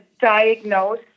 diagnose